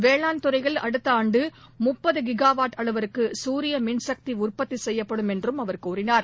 வேளாண் துறையில் அடுத்தஆண்டுமுப்பது ஜிகாவாட் அளவிற்குசூரியமின்சக்திஉற்பத்திசெய்யப்படும் என்றுஅவர் கூறினார்